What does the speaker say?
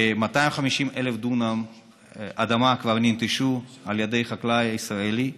כ-250,000 דונם אדמה כבר ננטשו על ידי החקלאי הישראלי,